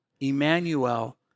Emmanuel